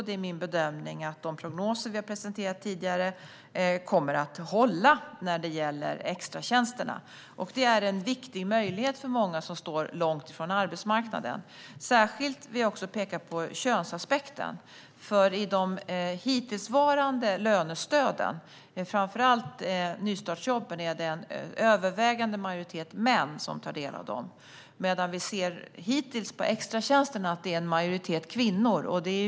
Det är min bedömning att de prognoser vi har presenterat tidigare kommer att hålla när det gäller extratjänsterna. Det är en viktig möjlighet för många som står långt ifrån arbetsmarknaden. Jag vill särskilt peka på könsaspekten. När det gäller de hittillsvarande lönestöden, och framför allt nystartsjobben, är det en övervägande majoritet män som tar del av dem. För extratjänsterna ser vi emellertid hittills att det är en majoritet kvinnor som tar del av dem.